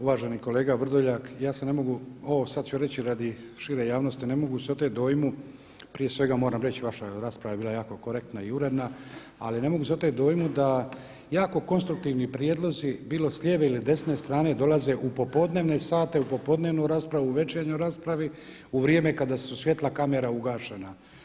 Uvaženi kolega Vrdoljak, ja se ne moguć, ovo sada ću reći radi šire javnosti, jer se ne mogu oteti dojmu, prije svega moram reći da je vaša rasprava bila jako korektna i uredna, ali ne mogu se oteti dojmu da jako konstruktivni prijedlozi, bilo s lijeve ili desne strane, dolaze u popodnevne sate, u popodnevnu raspravu, u večernju raspravu, u vrijeme kada su svjetla kamera ugašena.